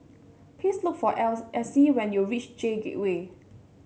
please look for L Essie when you reach J Gateway